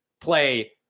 Play